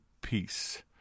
peace